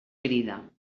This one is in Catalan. crida